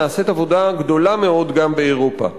נעשית עבודה גדולה מאוד גם באירופה.